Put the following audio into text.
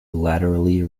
laterally